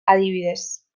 adibidez